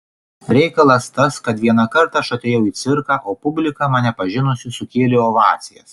reikalas tas kad vienąkart aš atėjau į cirką o publika mane pažinusi sukėlė ovacijas